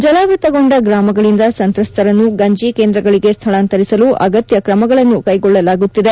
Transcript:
ಜಲಾವೃತಗೊಂಡ ಗ್ರಾಮಗಳಿಂದ ಸಂತ್ರಸ್ವರನ್ನು ಗಂಜ ಕೇಂದ್ರಗಳಗೆ ಸ್ವಳಾಂತರಿಸಲು ಅಗತ್ಯ ಕ್ರಮಗಳನ್ನು ಕೈಗೊಳ್ಳಲಾಗುತ್ತಿದೆ